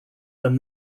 than